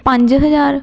ਪੰਜ ਹਜ਼ਾਰ